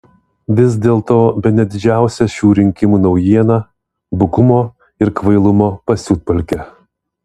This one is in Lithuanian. vis dėlto bene didžiausia šių rinkimų naujiena bukumo ir kvailumo pasiutpolkė